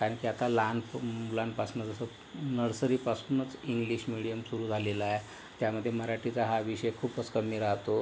कारण की आता लहान मुलांपासनं जसं नर्सरीपासूनच इंग्लिश मिडीयम सुरु झालेलं आहे त्यामध्ये मराठीचा हा विषय खूपच कमी राहतो